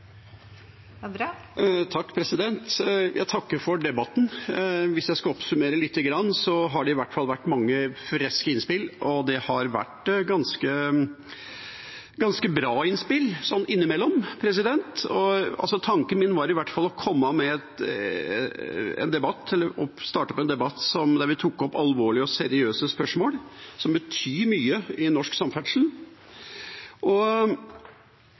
Jeg takker for debatten. Hvis jeg skal oppsummere lite grann, har det i hvert fall vært mange freske innspill, og det har vært ganske bra innspill sånn innimellom. Tanken min var i hvert fall å starte en debatt der vi tok opp alvorlige og seriøse spørsmål som betyr mye i norsk samferdsel.